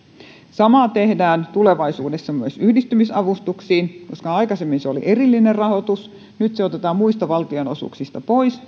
sama tehdään tulevaisuudessa myös yhdistymisavustuksiin aikaisemmin se oli erillinen rahoitus ja nyt se kymmenen miljoonaa otetaan muista valtionosuuksista pois